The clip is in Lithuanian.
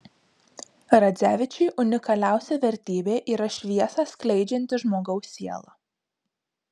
radzevičiui unikaliausia vertybė yra šviesą skleidžianti žmogaus siela